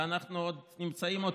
ואנחנו נמצאים,